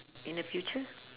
in the future